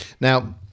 Now